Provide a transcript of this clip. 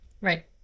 Right